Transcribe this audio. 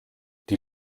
die